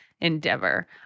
endeavor